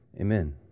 amen